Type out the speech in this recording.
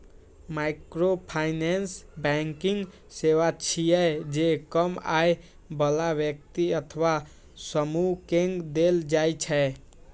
microfinance banking सेवा छियै, जे कम आय बला व्यक्ति अथवा समूह कें देल जाइ छै